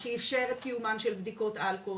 שאיפשר את קיומן של בדיקות אלכוהול,